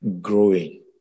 Growing